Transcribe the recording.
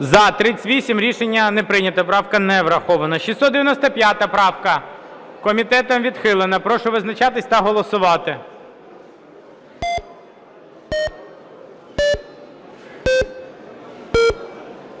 За-38 Рішення не прийнято, правка не врахована. 695 правка. Комітетом відхилена. Прошу визначатися та голосувати.